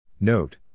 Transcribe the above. Note